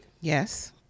Yes